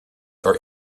are